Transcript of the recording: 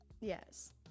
Yes